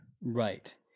Right